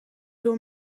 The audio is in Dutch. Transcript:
door